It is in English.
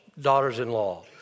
daughters-in-law